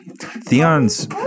Theon's